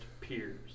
peers